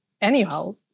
anyhow